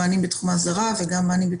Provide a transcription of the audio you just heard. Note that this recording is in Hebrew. אני גם ראיתי,